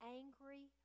angry